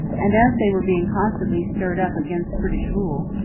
and as they were being constantly stirred up against british rule,